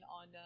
on